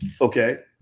okay